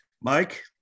Mike